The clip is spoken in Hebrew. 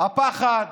הפחד,